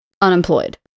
Unemployed